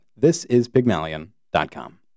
thisispygmalion.com